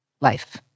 life